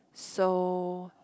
so